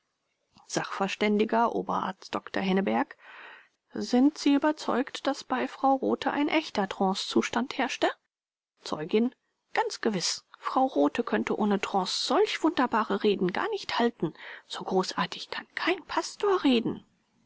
sachverständiger oberarzt dr henneberg sind sie überzeugt daß bei frau rothe ein echter trancezustand herrschte zeugin ganz gewiß frau rothe könnte ohne trance solch wunderbare reden gar nicht halten so großartig kann kein pastor reden